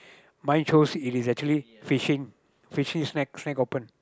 mine shows it is actually fishing fishing snack snack open